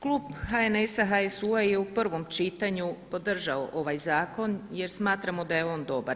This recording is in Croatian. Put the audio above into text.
Klub HNS-a, HSU-a je u prvom čitanju podržao ovaj zakon, jer smatramo da je on dobar.